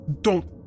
Don't